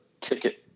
ticket